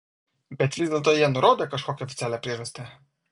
bet vis dėlto jie nurodė kažkokią oficialią priežastį